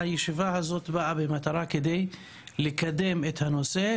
והישיבה הזו באה במטרה לקדם את הנושא,